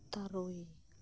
ᱛᱩᱨᱩᱭ